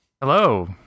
Hello